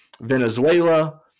Venezuela